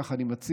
כך אני מציע,